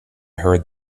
heard